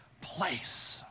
place